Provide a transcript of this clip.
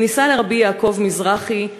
היא נישאה לרבי יעקב מזרחי,